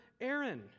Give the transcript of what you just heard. Aaron